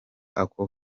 ako